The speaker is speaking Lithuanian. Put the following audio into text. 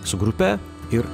su grupe ir